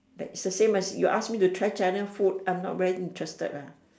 like it's the same as you ask me to try china food I'm not very interested ah